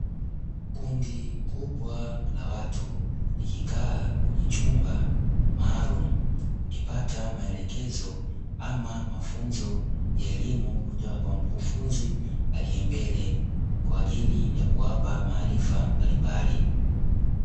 Kundi kubwa la watu likikaa kwenye chumba maalumu, wakipata maelekezo ama mafunzo ya elimu kutoka kwa mkufunzi aliye mbele, kwa ajili ya kuwapa maarifa mbalimbali.